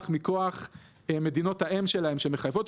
מכוח מדינות-האם שלהם שמחייבות אותם.